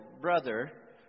brother